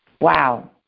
Wow